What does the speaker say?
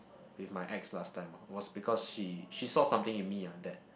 with my ex last time was because she she saw something in me ah that